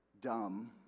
dumb